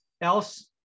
Else